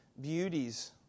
beauties